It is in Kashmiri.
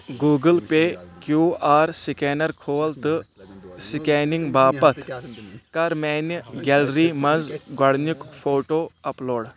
Google pay Q R scanner کھول تہٕ سکینِگ باپتھ کَر میانہِ گیلری منٛز گۄڈٕنیُک فوٹو اپ لوڑ